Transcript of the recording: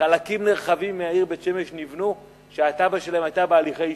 חלקים נרחבים מהעיר בית-שמש נבנו כשהתב"ע שלהם היתה בהליכי אישור,